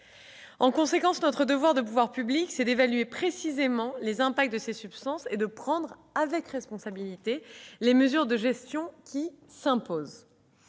en conséquence de notre devoir d'évaluer précisément les impacts de ces substances et de prendre, avec responsabilité, les mesures de gestion qui s'imposent.